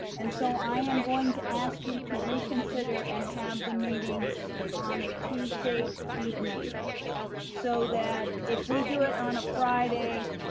and so i am going to ask you to reconsider and have the meeting on a tuesday evening so that if we do it on a friday,